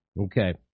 Okay